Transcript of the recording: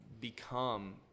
become